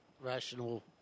rational